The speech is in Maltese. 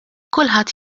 kulħadd